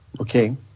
Okay